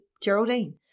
Geraldine